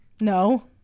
No